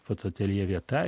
fotoateljė vieta